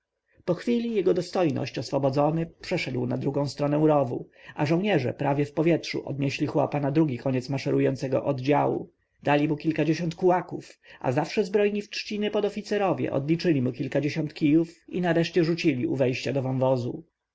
po chwili jego dostojność oswobodzony przeszedł na drugą stronę rowu a żołnierze prawie w powietrzu odnieśli chłopa na koniec maszerującego oddziału dali mu kilkadziesiąt kułaków a zawsze zbrojni w trzciny podoficerowie odliczyli mu kilkadziesiąt kijów i nareszcie rzucili u wejścia do wąwozu